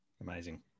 Amazing